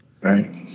Right